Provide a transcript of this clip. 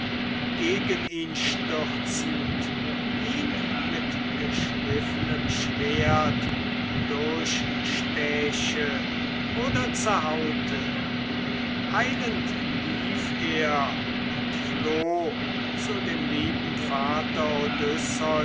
gegen ihn stürzend ihn mit geschliffenem schwert durchstäche oder zerhaute eilend lief er und floh zu dem lieben vater